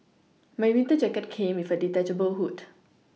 my winter jacket came with a detachable hood